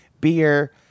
beer